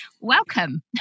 Welcome